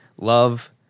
love